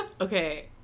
Okay